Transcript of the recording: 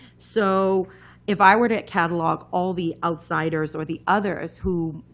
so if i were to catalog all the outsiders, or the others, who,